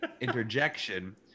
interjection